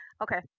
Okay